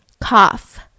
cough